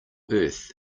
earth